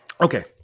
okay